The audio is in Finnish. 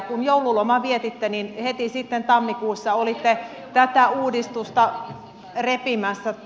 kun joululomaa vietitte niin heti sitten tammikuussa olitte tätä uudistusta repimässä